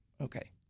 okay